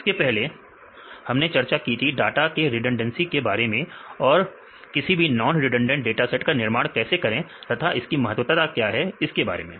इसके पहले हमने चर्चा की थी डाटा के रिडंडेंसी के बारे में और किसी भी नॉन रिडंडेंट डाटा सेट का निर्माण कैसे करें तथा इसकी महत्वता क्या है इसके बारे में भी